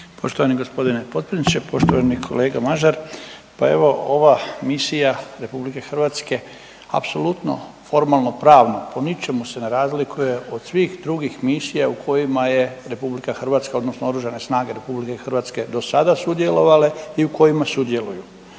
Poštovani gospodine potpredsjedniče, poštovani kolega Mažar, pa evo ova misija RH apsolutno formalno pravno po ničemu se ne razlikuje od svih drugih misija u kojima je RH odnosno Oružane snage RH do sada sudjelovale i u kojima sudjeluju.